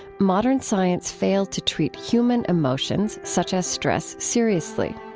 modern science failed to treat human emotions, such as stress, seriously.